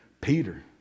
Peter